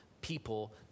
people